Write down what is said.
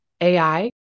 AI